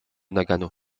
nagano